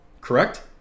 correct